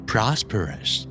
Prosperous